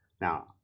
Now